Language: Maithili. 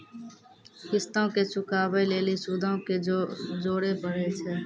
किश्तो के चुकाबै लेली सूदो के जोड़े परै छै